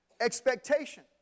expectation